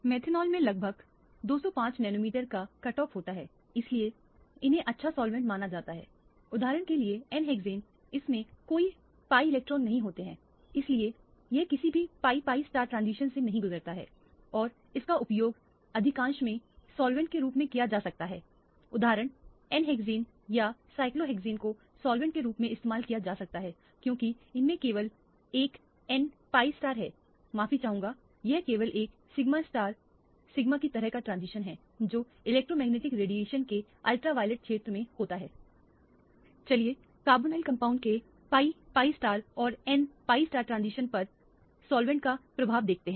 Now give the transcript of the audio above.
methanol में लगभग 205 nanometre का कट ऑफ होता है इसलिए इन्हें अच्छा सॉल्वेंट माना जाता है उदाहरण के लिए n hexane इसमें कोई pi इलेक्ट्रॉन्स नहीं होते हैं इसलिए यह किसी भी pi pi ट्रांजिशन से नहीं गुजरता है और इसका उपयोग अधिकांश में सॉल्वेंट के रूप में किया जा सकता है उदाहरण n हेक्सेन या साइक्लोहेक्सेन को साल्वेंट के रूप में इस्तेमाल किया जा सकता है क्योंकि इसमें केवल एक n pi है माफी चाहूंगा यह केवल एक सिग्मा स्टार सिग्मा की तरह का ट्रांजिशन है जो इलेक्ट्रोमैग्नेटिक रेडिएशन के अल्ट्रावॉयलेट क्षेत्र में होता है चलिए कार्बोनाइल कंपाउंड के pi pi और n pi ट्रांजिशन पर सॉल्वेंट का प्रभाव देखते हैं